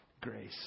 grace